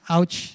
Ouch